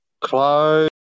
Close